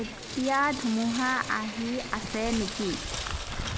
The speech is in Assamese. এতিয়া ধুমুহা আহি আছে নেকি